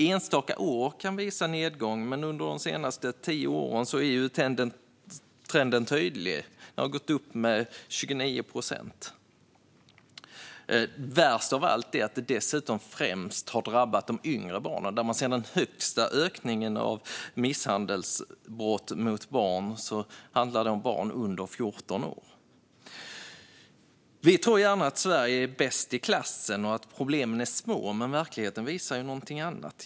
Enstaka år kan visa på en nedgång, men under de senaste tio åren är trenden tydlig. Det har ökat med 29 procent. Värst av allt är att det dessutom främst har drabbat de yngre barnen. Den största ökningen av misshandelsbrott mot barn handlar om barn under 14 år. Vi tror gärna att Sverige är bäst i klassen och att problemen är små, men verkligheten visar någonting annat.